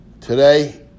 Today